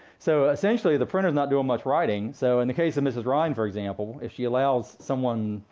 so essentially the printer's not doing much writing. so in the case of mrs. rind, for example, if she allows someone,